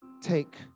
take